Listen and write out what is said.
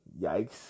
Yikes